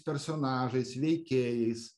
personažais veikėjais